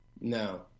No